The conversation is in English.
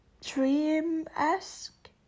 dream-esque